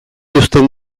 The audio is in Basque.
uzten